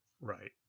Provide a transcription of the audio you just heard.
Right